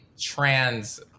trans